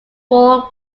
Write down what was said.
fall